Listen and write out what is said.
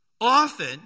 often